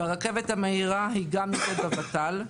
הרכבת המהירה גם נמצאת בוות"ל,